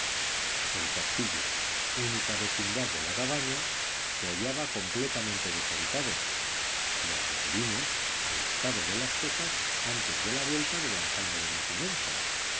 el castillo única vecindad de la cabaña se hallaba completamente deshabitado nos referimos al estado de las cosas antes de la vuelta de don jaime de mequinenza